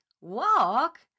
Walk